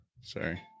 Sorry